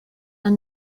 are